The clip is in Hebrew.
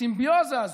הסימביוזה הזאת,